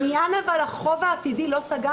לא סגרנו את עניין החוב העתידי, אדוני.